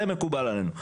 זה מקובל עלינו.